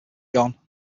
gone